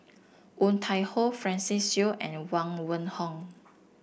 Woon Tai Ho Francis Seow and Huang Wenhong